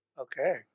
Okay